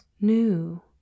new